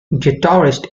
guitarist